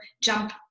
jump